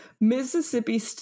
Mississippi